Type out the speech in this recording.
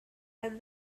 and